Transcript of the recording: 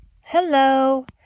Hello